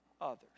others